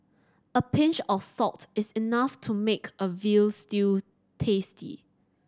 a pinch of salt is enough to make a veal stew tasty